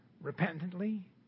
repentantly